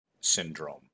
syndrome